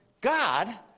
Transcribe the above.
God